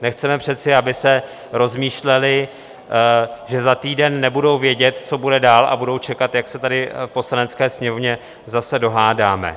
Nechceme přece, aby se rozmýšleli, že za týden nebudou vědět, co bude dál, a budou čekat, jak se tady v Poslanecké sněmovně zase dohádáme.